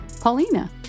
Paulina